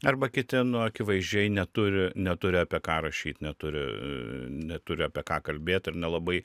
arba kiti nu akivaizdžiai neturi neturi apie ką rašyt neturi neturi apie ką kalbėt ir nelabai